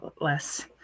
Less